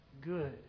good